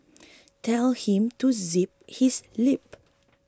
tell him to zip his lip